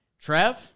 Trev